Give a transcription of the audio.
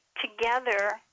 together